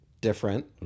different